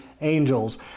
angels